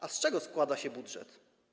A z czego składa się budżet?